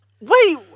Wait